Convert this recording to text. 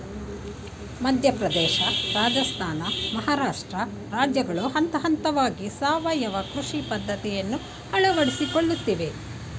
ಮಧ್ಯಪ್ರದೇಶ, ರಾಜಸ್ಥಾನ, ಮಹಾರಾಷ್ಟ್ರ ರಾಜ್ಯಗಳು ಹಂತಹಂತವಾಗಿ ಸಾವಯವ ಕೃಷಿ ಪದ್ಧತಿಯನ್ನು ಅಳವಡಿಸಿಕೊಳ್ಳುತ್ತಿವೆ